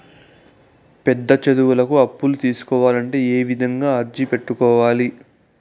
పెద్ద చదువులకు అప్పులను తీసుకోవాలంటే ఏ విధంగా అర్జీ పెట్టుకోవాలి?